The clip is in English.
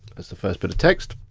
there's the first bit of text.